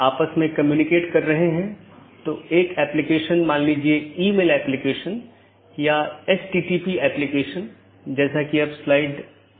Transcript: जैसे अगर मै कहूं कि पैकेट न 1 को ऑटॉनमस सिस्टम 6 8 9 10 या 6 8 9 12 और उसके बाद गंतव्य स्थान पर पहुँचना चाहिए तो यह ऑटॉनमस सिस्टम का एक क्रमिक सेट है